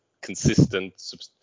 consistent